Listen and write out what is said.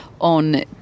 on